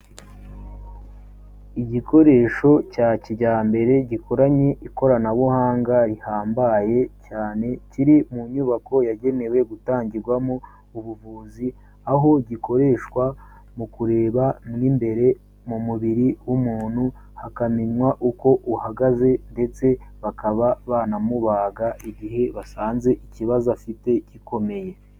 Igikoresho cya kijyambere, gikoranye ikoranabuhanga rihambaye cyane, kiri mu nyubako yagenewe gutangirwamo ubuvuzi, aho gikoreshwa mu kureba mo imbere mu mubiri w'umuntu, hakamenywa uko uhagaze ndetse bakaba banamubaga, igihe basanze ikibazo afite gikomeye.